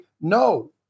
no